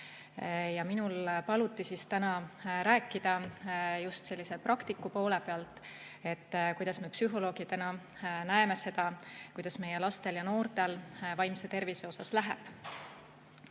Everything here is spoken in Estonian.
Minul paluti täna rääkida just praktiku poole pealt, kuidas me psühholoogidena näeme seda, kuidas meie lastel ja noortel vaimse tervise mõttes läheb.